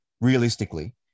realistically